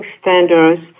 standards